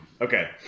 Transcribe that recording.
Okay